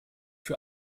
für